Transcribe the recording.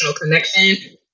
connection